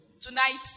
Tonight